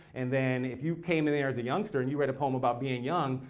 and then if you came there as a youngster, and you read a poem about being young?